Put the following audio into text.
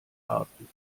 warten